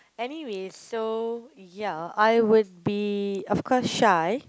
anyways so ya I would be of course shy